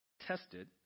Tested